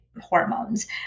hormones